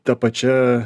ta pačia